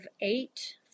eight